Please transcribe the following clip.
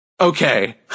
Okay